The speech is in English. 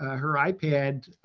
ah her ipad,